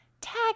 Tag